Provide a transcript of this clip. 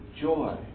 joy